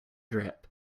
grip